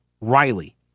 Riley